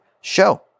show